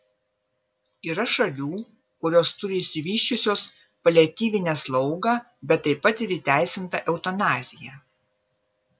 yra šalių kurios turi išvysčiusios paliatyvinę slaugą bet taip pat ir įteisintą eutanaziją